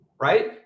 right